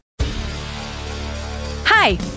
Hi